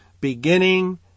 beginning